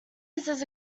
uses